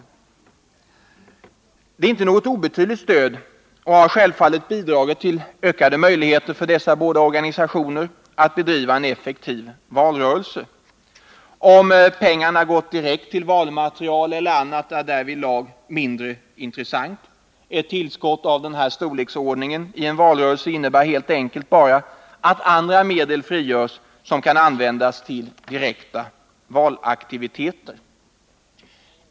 Detta är inte något obetydligt stöd och har självfallet bidragit till ökade möjligheter för dessa båda organisationer att bedriva en effektiv valrörelse. Om pengarna gått direkt till valmaterial eller annat är därvidlag mindre intressant. Ett tillskott av denna storleksordning i en valrörelse innebär helt enkelt bara att andra medel frigörs som kan användas till direkta valaktiviteter.